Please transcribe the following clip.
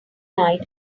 night